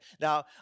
now